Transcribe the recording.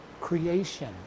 creation